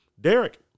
Derek